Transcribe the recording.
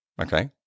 Okay